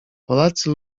polacy